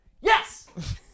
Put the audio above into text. Yes